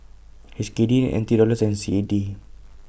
H K D N T Dollars and C A D